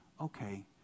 okay